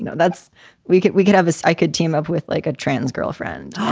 you know that's we get we could have. so i could team up with like a trans girlfriend.